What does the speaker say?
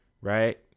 right